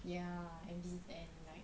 ya and be and like